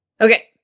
Okay